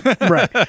Right